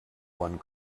one